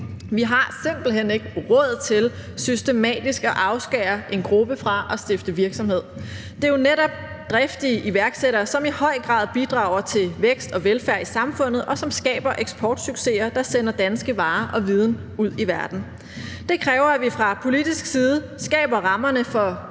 Vi har simpelt hen ikke råd til systematisk at afskære en gruppe fra at stifte virksomhed. Det er jo netop driftige iværksættere, som i høj grad bidrager til vækst og velfærd i samfundet, og som skaber eksportsucceser, der sender danske varer og viden ud i verden. Det kræver, at vi fra politisk side skaber rammerne for